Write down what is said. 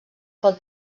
pel